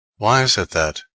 why is it that,